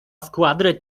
squadre